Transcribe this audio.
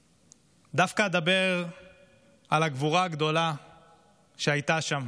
ואדבר דווקא על הגבורה הגדולה שהייתה שם,